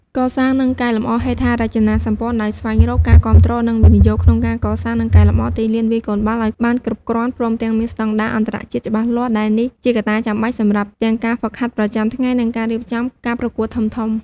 កសាង និងកែលម្អហេដ្ឋារចនាសម្ព័ន្ធ ដោយស្វែងរកការគាំទ្រនិងវិនិយោគ ក្នុងការកសាងនិងកែលម្អទីលានវាយកូនបាល់ឱ្យបានគ្រប់គ្រាន់ ព្រមទាំងមានស្តង់ដារអន្តរជាតិច្បាស់លាស់ ដែលនេះជាកត្តាចាំបាច់សម្រាប់ទាំងការហ្វឹកហាត់ប្រចាំថ្ងៃ និងការរៀបចំការប្រកួតធំៗ។